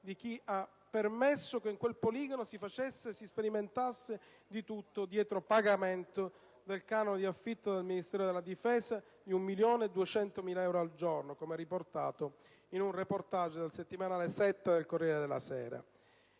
di chi ha permesso che in quel poligono si facesse e si sperimentasse di tutto dietro pagamento del canone di affitto al Ministero della difesa (1,2 milioni di euro al giorno, come riportato in un *reportage* dal settimanale «Sette» del «Corriere della Sera»).